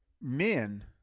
men